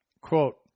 Quote